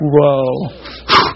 Whoa